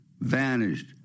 vanished